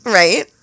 right